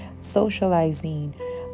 socializing